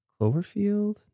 Cloverfield